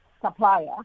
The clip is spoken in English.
supplier